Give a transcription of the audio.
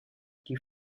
die